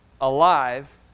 alive